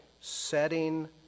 setting